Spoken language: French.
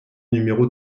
numéro